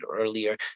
earlier